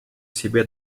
себе